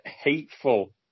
hateful